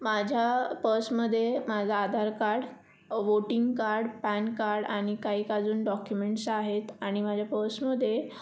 माझ्या पसमध्ये माझं Aadhaar card voting card PAN card आणि काही अजून डॉक्युमेंट्स आहेत आणि माझ्या पसमध्ये